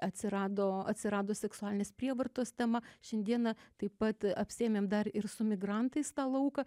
atsirado atsirado seksualinės prievartos tema šiandieną taip pat apsiėmėm dar ir su migrantais tą lauką